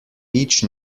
each